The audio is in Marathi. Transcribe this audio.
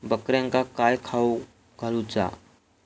बकऱ्यांका काय खावक घालूचा?